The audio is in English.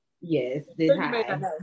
Yes